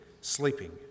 sleeping